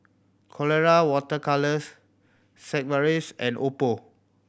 Colora Water Colours Sigvaris and Oppo